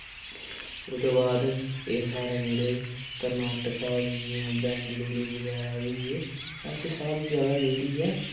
उ'दे बाद एह् साढ़ा जेह्ड़े कर्नाटका होई बैंगलुरु बगैरा होई गे ऐसे सब जगह् जेह्ड़ी ऐ